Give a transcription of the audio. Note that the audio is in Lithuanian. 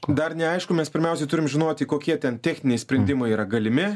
neaišku dar neaišku mes pirmiausia turim žinoti kokie ten techniniai sprendimai yra galimi